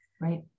right